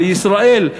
בישראל,